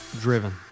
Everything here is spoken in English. Driven